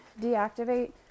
deactivate